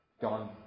done